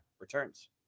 returns